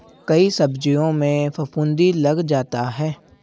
कई सब्जियों में फफूंदी लग जाता है